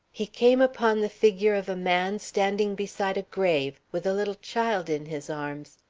he came upon the figure of a man standing beside a grave, with a little child in his arms.